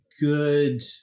good